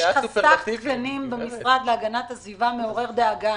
יש חסך תקנים במשרד להגנת הסביבה שהוא מעורר דאגה,